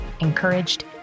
encouraged